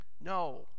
No